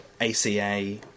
ACA